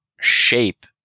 shape